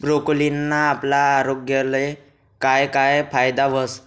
ब्रोकोलीना आपला आरोग्यले काय काय फायदा व्हस